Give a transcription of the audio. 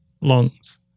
lungs